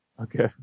Okay